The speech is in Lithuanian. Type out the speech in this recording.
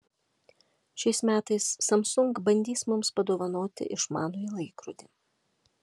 šiais metais samsung bandys mums padovanoti išmanųjį laikrodį